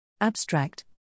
Abstract